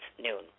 noon